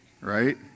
Right